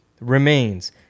remains